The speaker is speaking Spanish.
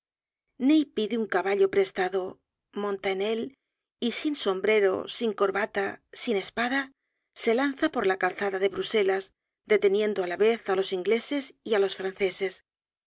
ney pide un caballo prestado monta en él y sin sombrero sin corbata sin espada se lanza por la calzada de bruselas deteniendo á la vez á los ingleses y á los franceses